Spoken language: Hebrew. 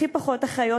הכי פחות אחיות,